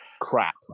crap